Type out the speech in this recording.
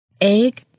Egg